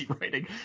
writing